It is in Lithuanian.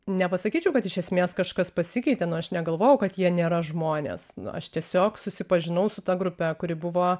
nepasakyčiau kad iš esmės kažkas pasikeitė nu aš negalvojau kad jie nėra žmonės aš tiesiog susipažinau su ta grupe kuri buvo